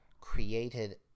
created